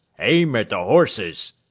aim at the horses!